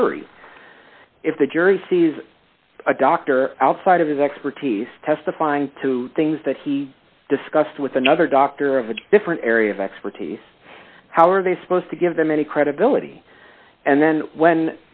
jury if the jury sees a doctor outside of his expertise testifying to things that he discussed with another doctor of a different area of expertise how are they supposed to give them any credibility and then when